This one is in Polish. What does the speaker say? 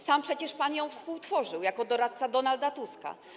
Sam przecież pan ją współtworzył jako doradca Donalda Tuska.